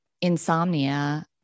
insomnia